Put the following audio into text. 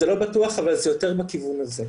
זה לא בטוח אבל זה יותר בכיוון הזה,